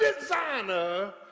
designer